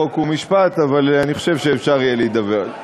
חוק ומשפט, אבל אני חושב שאפשר יהיה להידבר.